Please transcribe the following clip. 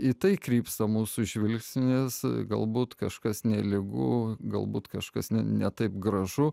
į tai krypsta mūsų žvilgsnis galbūt kažkas nelygu galbūt kažkas ne taip gražu